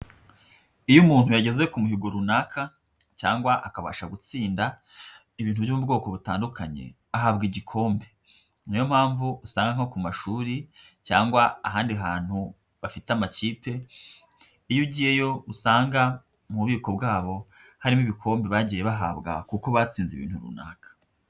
Iyo umuntu yageze ku muhigo runaka cyangwa akabasha gutsinda ibintu byo mu bwoko butandukanye, ahabwa igikombe. Niyo mpamvu usanga nko ku mashuri cyangwa ahandi hantu bafite amakipe, iyo ugiyeyo usanga mu bubiko bwabo harimo ibikombe bagiye bahabwa kuko batsinze ibintu runaka.